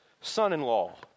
son-in-law